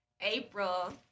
April